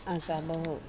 आशा बहु